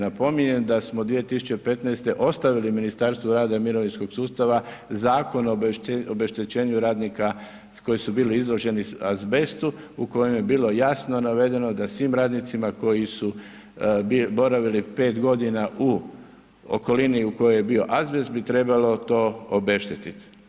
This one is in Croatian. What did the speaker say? Napominjem da smo 2015. ostavili Ministarstvo rada i mirovinskog sustav Zakon o obeštećenju radnika koji su bili izloženi azbestu u kojem je bilo jasno navedeno da svim radnicima koji su boravili 5 godina u okolini u kojoj je bio azbest, bi trebalo to obeštetiti.